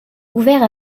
ouvert